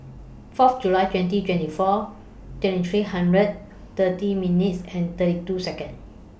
Fourth July twenty twenty four twenty three hundred thirty minutes and thirty two Seconds